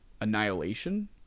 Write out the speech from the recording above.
Annihilation